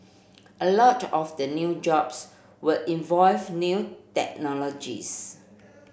a lot of the new jobs would involve new technologies